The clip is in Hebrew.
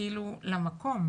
כאילו למקום,